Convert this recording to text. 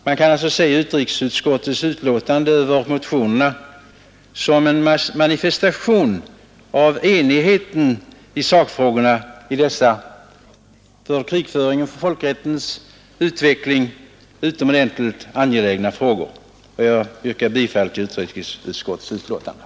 Man kan alltså se utrikesutskottets betänkande över motionerna som en manifestation av enigheten i sakfrågorna i dessa för krigföringens och folkrättens utveckling utomordentligt angelägna frågor. Jag yrkar bifall till utrikesutskottets hemställan.